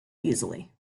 easily